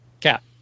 Cap